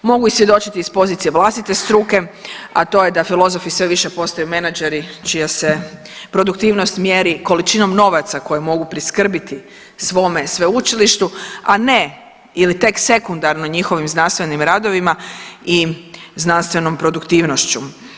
Mogu i svjedočiti iz pozicije vlastite struke, a to je da filozofi sve više postaju menadžeri čija se produktivnost mjeri količinom novca koji mogu priskrbiti svome sveučilištu, a ne ili tek sekundarno njihovim znanstvenim radovima i znanstvenom produktivnošću.